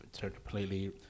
completely